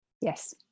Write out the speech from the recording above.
yes